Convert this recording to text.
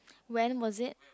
when was it